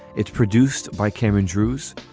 it's produced by cameron drewes.